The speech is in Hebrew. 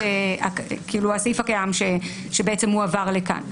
כולל הסעיף הקיים שהועבר לכאן.